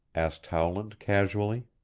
asked howland casually.